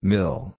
Mill